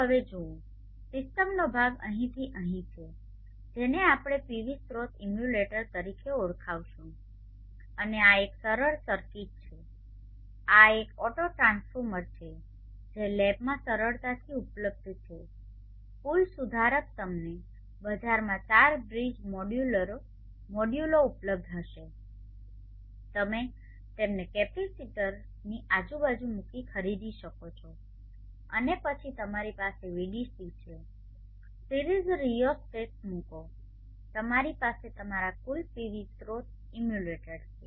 હવે જો જુઓ સિસ્ટમનો ભાગ અહીંથી અહીં છે જેને આપણે પીવી સ્રોત ઇમ્યુલેટર તરીકે ઓળખાવીશું અને આ એક સરળ સર્કિટ છે આ એક ઓટોટ્રાન્સફોર્મર છે જે લેબમાં સરળતાથી ઉપલબ્ધ છે પુલ સુધારક તમને બજારમાં ચાર બ્રિજ મોડ્યુલો ઉપલબ્ધ હશે તમે તેમને કેપેસિટરની આજુબાજુ મૂકીને ખરીદી શકો છો અને પછી તમારી પાસે Vdc છે સિરીઝ રિયોસ્ટેટ મૂકો તમારી પાસે તમારા કુલ પીવી સ્રોત ઇમ્યુલેટર છે